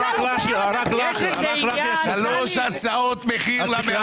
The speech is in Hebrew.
טלי --- שלוש הצעות מחיר למאפרת.